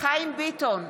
חיים ביטון,